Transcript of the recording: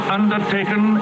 undertaken